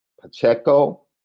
Pacheco